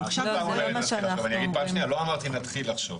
את שוב פעם אומרת "נתחיל לחשוב",